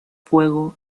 fuego